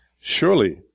Surely